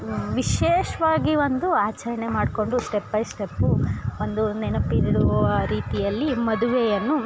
ವಿಶೇಷವಾಗಿ ಒಂದು ಆಚರಣೆ ಮಾಡ್ಕೊಂಡು ಸ್ಟೆಪ್ ಬೈ ಸ್ಟೆಪ್ಪು ಒಂದು ನೆನಪಿರುವ ರೀತಿಯಲ್ಲಿ ಮದುವೆಯನ್ನು